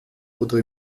oder